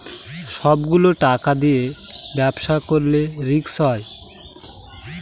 সব গুলো টাকা দিয়ে ব্যবসা করলে রিস্ক হয়